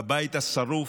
בבית השרוף,